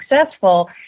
successful